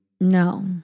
No